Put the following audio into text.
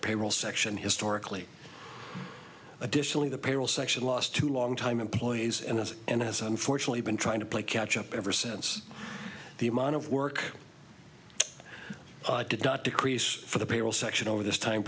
payroll section historically additionally the payroll section last too long time employees and us and has unfortunately been trying to play catch up ever since the amount of work it did not decrease for the payroll section over this time